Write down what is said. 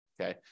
okay